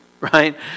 right